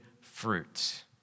fruit